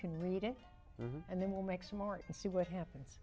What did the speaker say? can read it and then we'll make smart and see what happens